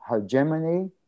hegemony